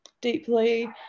deeply